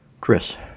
Chris